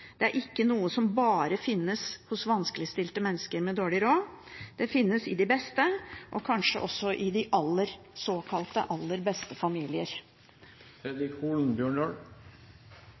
er ikke noe som bare finnes hos vanskeligstilte mennesker med dårlig råd. Det finnes i de beste og kanskje også i de såkalte aller beste familier.